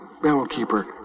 Bellkeeper